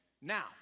Now